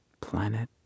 planet